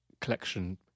collection